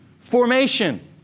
formation